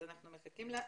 אז אנחנו מחכים לה.